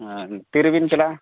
ᱟᱨ ᱛᱤᱱ ᱨᱮᱵᱤᱱ ᱪᱟᱞᱟᱜᱼᱟ